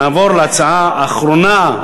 נעבור להצעה האחרונה,